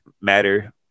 matter